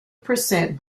percent